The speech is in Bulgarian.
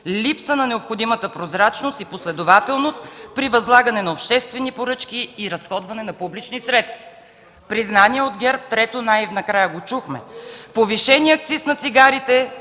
липса на необходимата прозрачност и последователност при възлагане на обществени поръчки и разходване на публични средства.” Признание от ГЕРБ – трето, най-накрая го чухме: „Повишеният акциз на цигарите